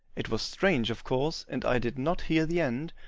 it was strange, of course, and i did not hear the end,